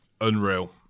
Unreal